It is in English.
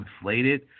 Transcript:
inflated